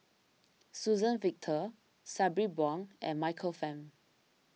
Suzann Victor Sabri Buang and Michael Fam